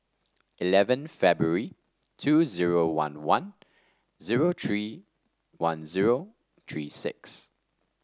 eleven February two zero one one zero three one zero three six